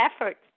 efforts